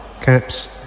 Caps